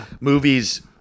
movies